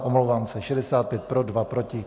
Omlouvám se, 65 pro, 2 proti.